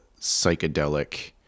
psychedelic